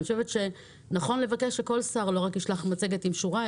אני חושבת שנכון לבקש שכל שר לא רק ישלח מצגת עם שורה,